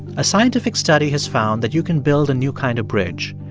a scientific study has found that you can build a new kind of bridge,